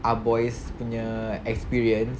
ah boys punya experience